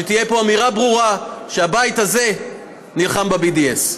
שתהיה פה אמירה ברורה שהבית הזה נלחם ב-BDS.